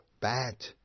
bad